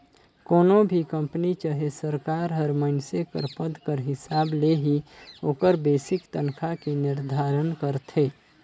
कोनो भी कंपनी चहे सरकार हर मइनसे कर पद कर हिसाब ले ही ओकर बेसिक तनखा के निरधारन करथे